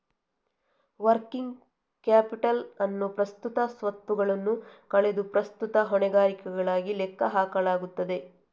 working capital ಅನ್ನು ಪ್ರಸ್ತುತ ಸ್ವತ್ತುಗಳನ್ನು ಕಳೆದು ಪ್ರಸ್ತುತ ಹೊಣೆಗಾರಿಕೆಗಳಾಗಿ ಲೆಕ್ಕ ಹಾಕಲಾಗುತ್ತದೆ